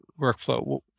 workflow